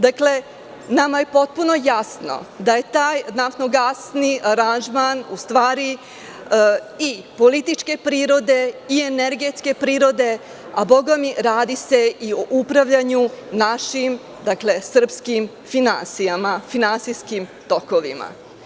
Dakle, nama je potpuno jasno da je taj naftnogasni aranžman u stvari i političke prirode, i energetske prirode, a bogami radi se i o upravljanju našim, dakle, srpskim finansijama, finansijskim tokovima.